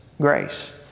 grace